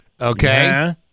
Okay